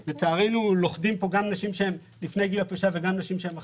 לצערנו לוכדים כאן גם נשים שהן לפני גיל הפרישה וגם נשים שהן אחרי,